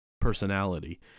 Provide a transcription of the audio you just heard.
personality